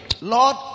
Lord